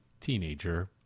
teenager